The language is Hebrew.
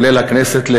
כולל הכנסת,